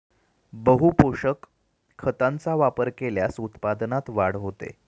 बहुपोषक खतांचा वापर केल्यास उत्पादनात वाढ होते